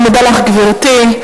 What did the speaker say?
אני מודה לך, גברתי.